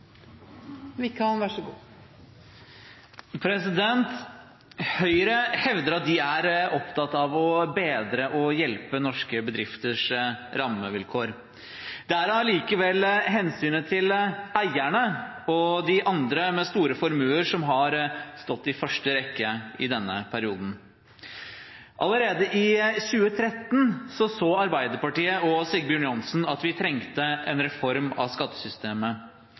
allikevel hensynet til eierne og de andre med store formuer som har stått i første rekke i denne perioden. Allerede i 2013 så Arbeiderpartiet og Sigbjørn Johnsen at vi trengte en reform av skattesystemet.